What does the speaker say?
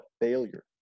failure